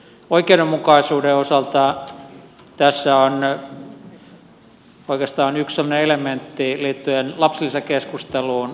oikeudenmukaisuuden osalta tässä on oikeastaan yksi elementti liittyen lapsilisäkeskusteluun